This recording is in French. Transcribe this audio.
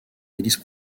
hélice